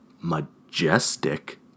majestic